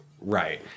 Right